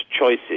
choices